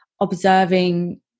observing